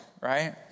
right